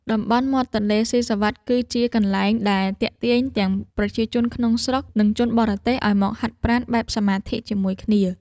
តំបន់មាត់ទន្លេស៊ីសុវត្ថិ គឺជាកន្លែងដែលទាក់ទាញទាំងប្រជាជនក្នុងស្រុក និងជនបរទេសឱ្យមកហាត់ប្រាណបែបសមាធិជាមួយគ្នា។